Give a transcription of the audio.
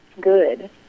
good